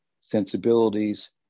sensibilities